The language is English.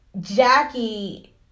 Jackie